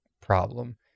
problem